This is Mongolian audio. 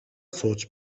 сууж